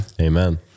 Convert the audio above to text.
Amen